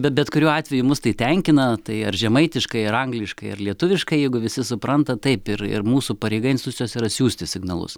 bet bet kuriuo atveju mus tai tenkina tai ar žemaitiškai ar angliškai ar lietuviškai jeigu visi supranta taip ir ir mūsų pareiga institucijos yra siųsti signalus